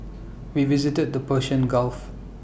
we visited the Persian gulf